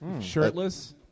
shirtless